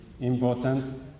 important